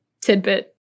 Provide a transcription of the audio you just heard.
tidbit